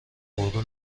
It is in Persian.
پررو